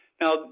Now